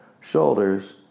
shoulders